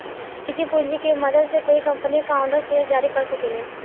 निजी पूंजी के मदद से कोई कंपनी फाउंडर्स शेयर जारी कर सके ले